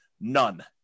None